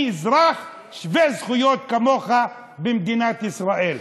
אזרח שווה זכויות כמוך במדינת ישראל.